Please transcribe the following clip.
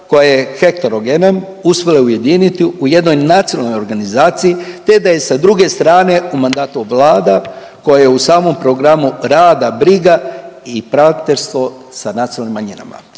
koja je heterogena uspela ujediniti u jednoj nacionalnoj organizaciji te da je sa druge strane u mandatu vlada koja je u samom programa rada briga i … sa nacionalnim manjinama.